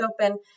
open